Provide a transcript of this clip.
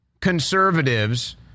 conservatives